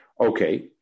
okay